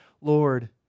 Lord